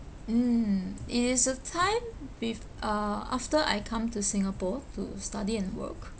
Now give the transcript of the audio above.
mm it is a time with uh after I come to singapore to study and work